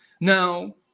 Now